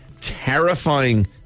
terrifying